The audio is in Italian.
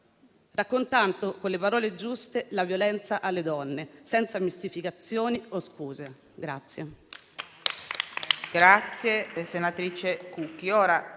raccontando con le parole giuste la violenza alle donne, senza mistificazioni o scuse.